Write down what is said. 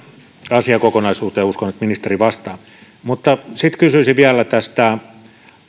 asiakokonaisuuteen uskon että ministeri vastaa sitten kysyisin vielä